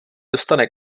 dostane